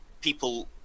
people